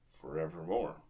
forevermore